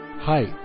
Hi